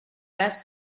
best